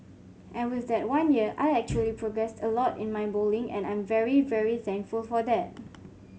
and with that one year I actually progressed a lot in my bowling and I'm very very thankful for that